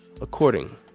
according